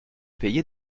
payé